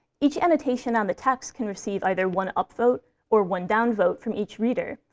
each annotation on the text can receive either one upvote or one downvote for each reader,